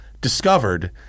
discovered